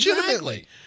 Legitimately